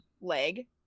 leg